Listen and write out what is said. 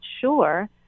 sure